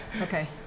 Okay